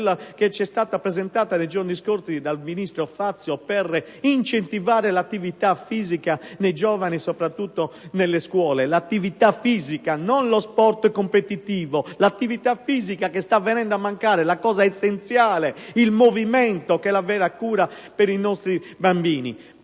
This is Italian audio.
quella che ci è stata presentata nei giorni scorsi dal ministro Fazio per incentivare l'attività fisica nei giovani, soprattutto nelle scuole. L'attività fisica, non lo sport competitivo. L'attività fisica che sta venendo a mancare, la cosa essenziale, il movimento, che è la vera cura per i nostri bambini.